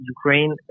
Ukraine